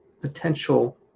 potential